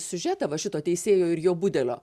siužetą va šito teisėjo ir jo budelio